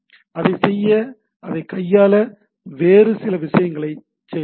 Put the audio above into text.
அதைச் செய்ய அதைக் கையாள வேறு சில விஷயங்களைச் செய்ய வேண்டும்